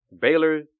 Baylor